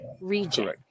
region